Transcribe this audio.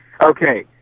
Okay